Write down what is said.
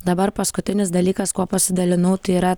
dabar paskutinis dalykas kuo pasidalinau tai yra